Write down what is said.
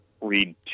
read